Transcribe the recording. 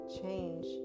change